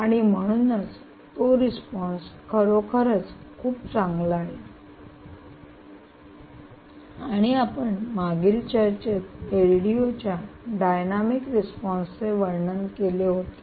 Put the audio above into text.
आणि म्हणूनच तो रिस्पॉन्स खरोखरच खूप चांगला आहे आणि आपण मागील चर्चेत एलडीओ च्या डायनामिक रिस्पॉन्स चे वर्णन केले होते